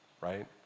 right